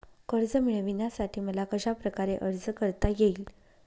कर्ज मिळविण्यासाठी मला कशाप्रकारे अर्ज करता येईल?